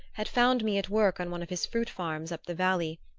had found me at work on one of his fruit-farms up the valley,